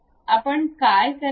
आपण काय करावे